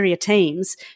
teams